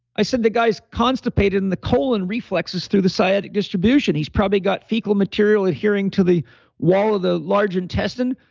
i said, the guy's constipated in the colon reflexes through the sciatic distribution. he's probably got fecal material adhering to the wall of the large intestine,